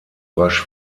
rasch